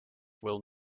will